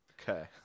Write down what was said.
Okay